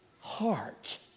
heart